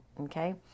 Okay